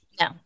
no